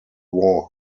wall